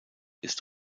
ist